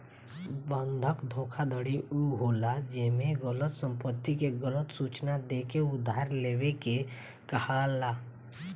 बंधक धोखाधड़ी उ होला जेमे गलत संपत्ति के गलत सूचना देके उधार लेवे के कहाला